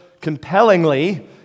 compellingly